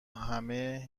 همه